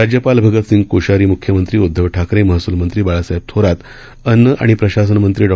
राज्यपाल भगतसिंग कोश्यारी मुख्यमंत्री उद्धव ठाकरे महसूलमंत्री बाळासाहेब थोरात अन्न आणि प्रशासन मंत्री डॉ